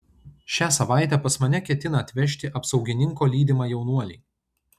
šią savaitę pas mane ketina atvežti apsaugininko lydimą jaunuolį